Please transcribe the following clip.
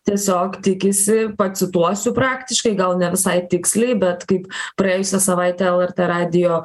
tiesiog tikisi pacituosiu praktiškai gal ne visai tiksliai bet kaip praėjusią savaitę lrt radijo